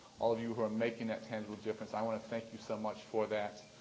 all of you who are making that tangible difference, i want to thank you so much for that.